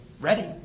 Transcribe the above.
ready